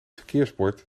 verkeersbord